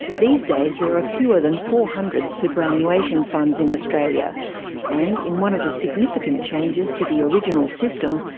these days there are fewer than four hundred superannuation funds in australia and, in one of the significant changes to the original system,